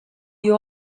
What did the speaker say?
you